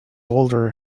older